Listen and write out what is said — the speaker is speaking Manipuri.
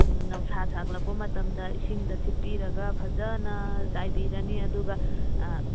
ꯅꯨꯡꯁꯥ ꯁꯥꯒꯠꯂꯛꯄ ꯃꯇꯝꯗ ꯏꯁꯤꯡꯗ ꯊꯤꯠꯄꯤꯔꯒ ꯐꯖꯅ ꯆꯥꯏꯕꯤꯔꯅꯤ ꯑꯗꯨꯒ